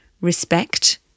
respect